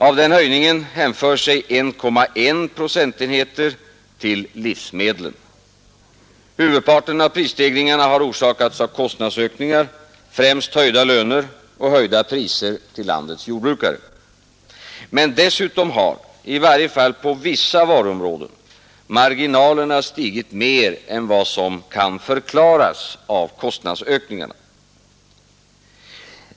Av denna höjning hänför sig 1,1 procentenheter till livsmedlen. Huvudparten av prisstegringarna har orsakats av kostnadsökningar, främst höjda löner och höjda priser till landets jordbrukare. Men dessutom har, i varje fall på vissa varuområden, marginalerna stigit mer än vad som kan förklaras av kostnadsökningarna.